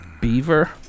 Beaver